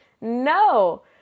No